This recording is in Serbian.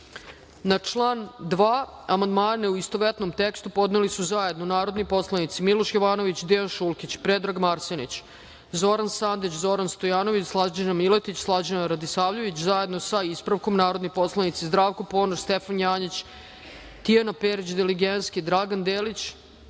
član 3. amandmane, u istovetnom tekstu, podneli su zajedno narodni poslanici Miloš Jovanović, Dejan Šulkić, Predrag Marsenić, Zoran Sandić, Zoran Stojanović, Slađana Miletić i Slađana Radisavljević, zajedno sa ispravkom, narodni poslanici Zdravko Ponoš, Stefan Janjić, Tijana Perić Diligenski, Dragan Delić,